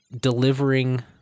delivering